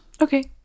Okay